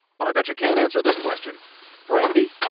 but i bet you can't answer this question brandee,